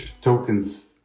tokens